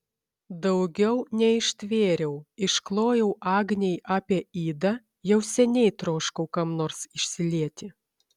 daugiau neištvėriau išklojau agnei apie idą jau seniai troškau kam nors išsilieti